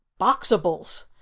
boxables